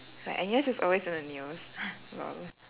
like N_U_S is always on the news lol